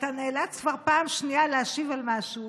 שאתה נאלץ כבר פעם שנייה להשיב על משהו